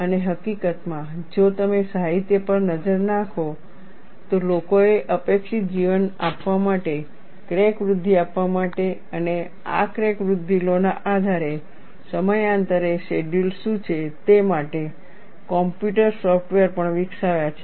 અને હકીકતમાં જો તમે સાહિત્ય પર નજર નાખો તો લોકોએ અપેક્ષિત જીવન આપવા માટે ક્રેક વૃદ્ધિ આપવા માટે અને આ ક્રેક વૃદ્ધિ લૉ ના આધારે સમયાંતરે NDT શેડ્યૂલ શું છે તે માટે કમ્પ્યુટર સોફ્ટવેર પણ વિકસાવ્યા છે